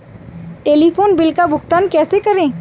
Telephone bill का भुगतान कैसे करें?